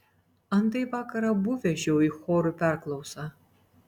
antai vakar abu vežiau į chorų perklausą